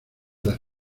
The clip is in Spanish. las